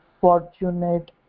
fortunate